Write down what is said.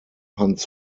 hans